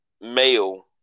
male